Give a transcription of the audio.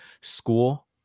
school